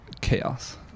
chaos